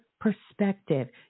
perspective